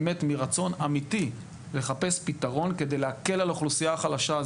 באמת מרצון אמיתי לחפש פתרון כדי להקל על האוכלוסייה החלשה.